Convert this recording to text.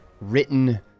written